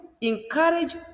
encourage